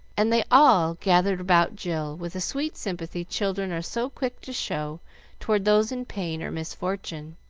and they all gathered about jill with the sweet sympathy children are so quick to show toward those in pain or misfortune.